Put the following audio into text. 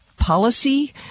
policy